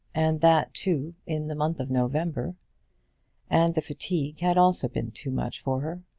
and that, too, in the month of november and the fatigue had also been too much for her.